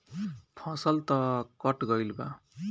फसल तऽ कट गइल बा